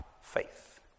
faith